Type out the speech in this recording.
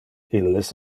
illes